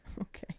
Okay